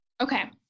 Okay